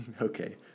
Okay